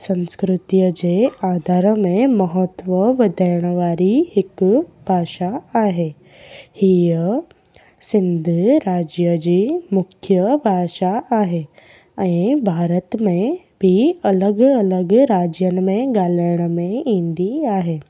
संस्कृतिअ जे आधार में महत्व वधाइण वारी हिकु भाषा आहे हीअं सिंध राज्य जी मुख्य भाषा आहे ऐं भारत में बि अलॻि अलॻि राज्यनि में ॻाल्हाइण में ईंदी आहे